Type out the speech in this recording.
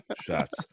shots